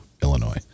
illinois